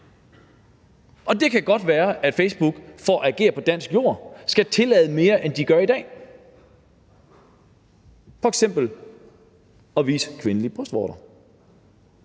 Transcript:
Og det kan godt være, at Facebook for at agere på dansk jord skal tillade mere, end de gør i dag, f.eks. at vise kvindelige brystvorter.